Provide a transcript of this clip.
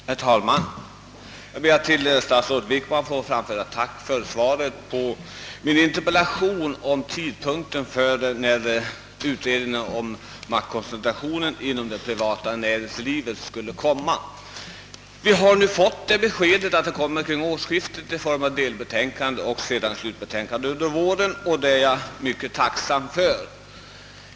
Herr talman! Jag ber att till statsrådet Wickman få framföra mitt tack för svaret på min fråga om vid vilken tidpunkt utredningen om maktkoncentrationen inom det privata näringslivet kan tänkas framlägga sitt betänkande. Vi har nu fått besked om att det kommer att framläggas efter årsskiftet i form av delbetänkanden och att slutbetänkandet framläggs under våren, och det är jag tacksam för.